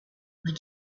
when